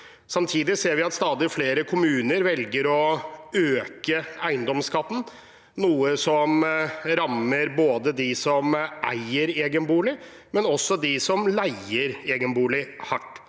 Samtidig ser vi at stadig flere kommuner velger å øke eiendomsskatten, noe som rammer både dem som eier egen bolig, og dem som leier egen bolig, hardt.